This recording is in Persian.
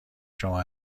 شما